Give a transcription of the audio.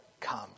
come